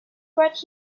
brought